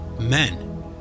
men